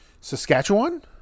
Saskatchewan